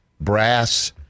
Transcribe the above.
brass